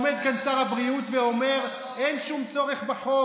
שעומד כאן שר הבריאות ואומר: אין שום צורך בחוק,